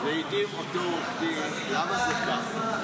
לעיתים אותו עורך דין, למה זה ככה?